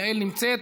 היא נמצאת,